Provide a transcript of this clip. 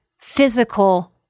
physical